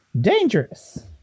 dangerous